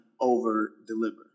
over-deliver